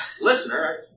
Listener